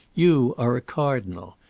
you are a cardinal.